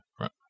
right